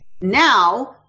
now